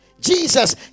jesus